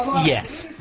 yes,